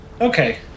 Okay